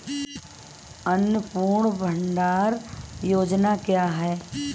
अन्नपूर्णा भंडार योजना क्या है?